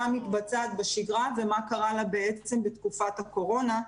מתבצעת בשגרה ומה קרה לה בתקופת הקורונה.